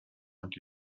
und